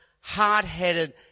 hard-headed